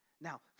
Now